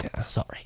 sorry